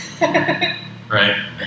Right